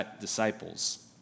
disciples